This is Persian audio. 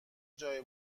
جای